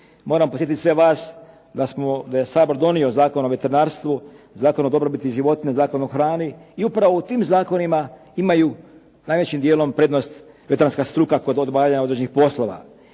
Moram podsjetiti sve vas da je Sabor donio Zakon o veterinarstvu, Zakon o dobrobiti životinja, Zakon o hrani i upravo u tim zakonima imaju najvećim dijelom prednost veterinarska struka kod odvajanja određenih poslova.